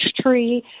tree